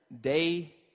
day